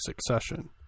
succession